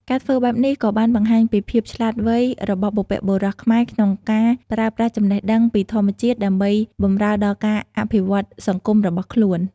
ការធ្វើបែបនេះក៏បានបង្ហាញពីភាពវៃឆ្លាតរបស់បុព្វបុរសខ្មែរក្នុងការប្រើប្រាស់ចំណេះដឹងពីធម្មជាតិដើម្បីបម្រើដល់ការអភិវឌ្ឍន៍សង្គមរបស់ខ្លួន។